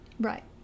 Right